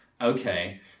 Okay